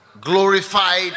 glorified